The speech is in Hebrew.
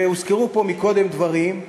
הוזכרו פה קודם דברים,